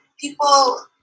people